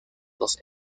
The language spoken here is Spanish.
dos